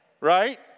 right